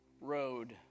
road